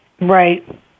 Right